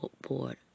board